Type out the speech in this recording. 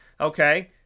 Okay